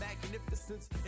Magnificence